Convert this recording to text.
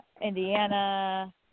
Indiana